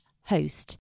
host